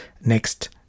next